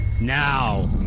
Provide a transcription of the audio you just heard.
Now